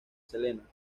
selena